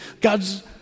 God's